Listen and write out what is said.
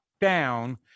down